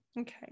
okay